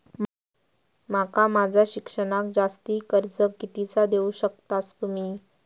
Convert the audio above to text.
माका माझा शिक्षणाक जास्ती कर्ज कितीचा देऊ शकतास तुम्ही?